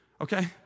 Okay